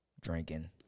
drinking